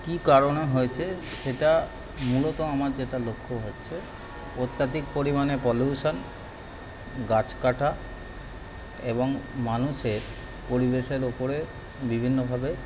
কী কারণে হয়েছে সেটা মূলত আমার যেটা লক্ষ্য হচ্ছে অত্যধিক পরিমাণে পলিউশান গাছ কাটা এবং মানুষের পরিবেশের ওপরে বিভিন্নভাবে